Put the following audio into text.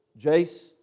Jace